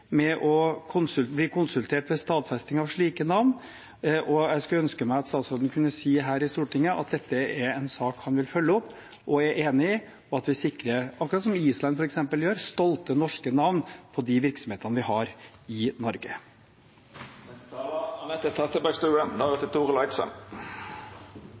å bli konsultert ved stadfesting av slike navn. Jeg skulle ønske meg at statsråden kunne si her i Stortinget at dette er en sak han vil følge opp og er enig i at vi sikrer – akkurat som f.eks. Island gjør – stolte norske navn på de virksomhetene vi har i